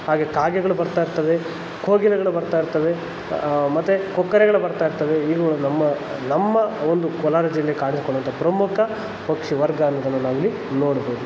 ಹಾಗೆ ಕಾಗೆಗಳು ಬರ್ತಾ ಇರ್ತವೆ ಕೋಗಿಲೆಗಳು ಬರ್ತಾ ಇರ್ತವೆ ಮತ್ತು ಕೊಕ್ಕರೆಗಳು ಬರ್ತಾ ಇರ್ತವೆ ಇವುಗಳು ನಮ್ಮ ನಮ್ಮ ಒಂದು ಕೋಲಾರ ಜಿಲ್ಲೆ ಕಾಣಿಸಿಕೊಳ್ಳುವಂಥ ಪ್ರಮುಖ ಪಕ್ಷಿ ವರ್ಗ ಅನ್ನೋದನ್ನು ನಾವಿಲ್ಲಿ ನೋಡ್ಬೋದು